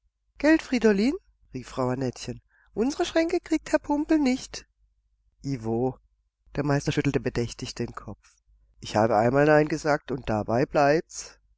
gelt friedolin rief frau annettchen unsere schränke kriegt herr pumpel nicht i wo der meister schüttelte bedächtig den kopf ich hab einmal nein gesagt und dabei bleibt's